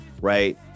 right